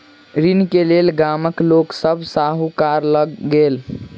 ऋण के लेल गामक लोक सभ साहूकार लग गेल